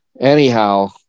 anyhow